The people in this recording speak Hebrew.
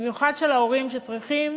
במיוחד של ההורים, שצריכים